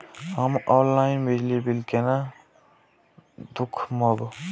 हम ऑनलाईन बिजली बील केना दूखमब?